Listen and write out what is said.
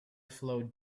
flowed